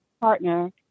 partner